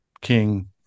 king